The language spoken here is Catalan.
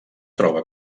troba